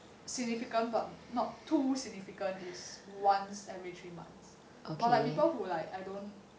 significant but not too significant is once every three months but like people who like I don't